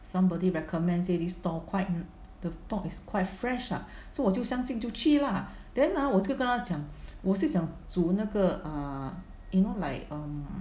somebody recommend say this stall quite the pork is quite fresh lah so 我就相信就去 lah then ah 我就跟他讲我是想煮那个 ah you know like um